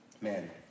man